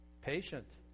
Patient